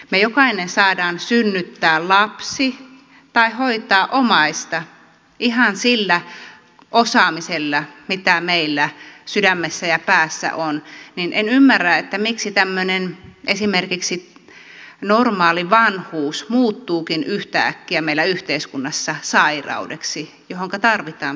jokainen meistä saa synnyttää lapsen tai hoitaa omaista ihan sillä osaamisella mitä meillä sydämessä ja päässä on niin että en ymmärrä miksi esimerkiksi tämmöinen normaali vanhuus muuttuukin yhtäkkiä meillä yhteiskunnassa sairaudeksi johonka tarvitaan pitkä koulutus